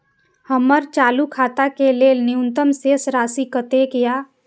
हमर चालू खाता के लेल न्यूनतम शेष राशि कतेक या?